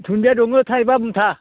दुन्दिया दङो थाइबा मुथा